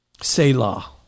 Selah